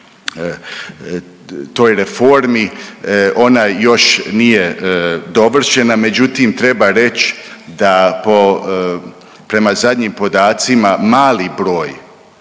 toj reformi, ona još nije dovršena, međutim treba reć da prema zadnjim podacima mali broj